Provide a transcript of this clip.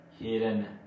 hidden